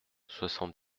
soixante